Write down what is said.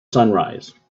sunrise